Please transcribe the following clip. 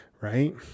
right